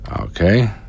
Okay